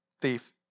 Thief